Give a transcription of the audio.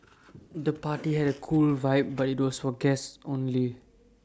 the party had A cool vibe but was for guests only